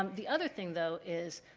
um the other thing though is